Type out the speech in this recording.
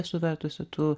esu vertusi tų